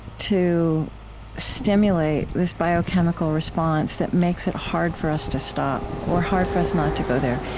to stimulate this biochemical response that makes it hard for us to stop, or hard for us not to go there.